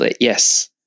yes